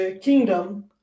kingdom